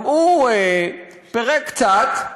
גם הוא פירק קצת,